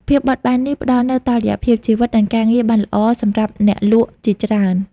ភាពបត់បែននេះផ្ដល់នូវតុល្យភាពជីវិត និងការងារបានល្អសម្រាប់អ្នកលក់ជាច្រើន។